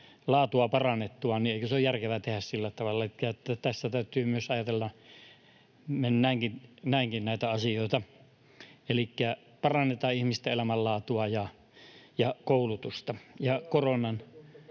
elämänlaatua parannettua, niin eikö se ole järkevää tehdä sillä tavalla? Tässä täytyy myös ajatella näinkin näitä asioita. Elikkä parannetaan ihmisten elämänlaatua ja koulutusta, ja koronan...